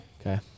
Okay